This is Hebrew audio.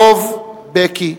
דב, בקי,